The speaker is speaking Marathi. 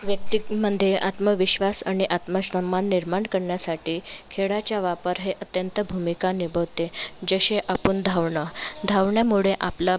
व्यक्तीतमधे आत्मविश्वास आणि आत्मसन्मान निर्माण करण्यासाठी खेळाचा वापर हे अत्यंत भूमिका निभवते जसे आपण धावणं धावण्यामुळे आपला